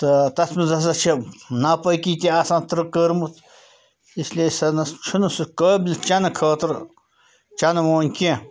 تہٕ تَتھ منٛز ہَسا چھِ ناپٲکی تہِ آسان کٔرمٕژ اِسلیے سا نَہ چھُنہٕ سُہ قٲبِل چٮ۪نہٕ خٲطرٕ چٮ۪نہٕ وٲنۍ کیٚنٛہہ